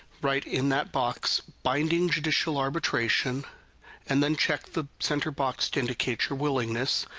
write in that box binding judicial arbitration and then check the center box to indicate your willingness,